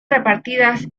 repartidas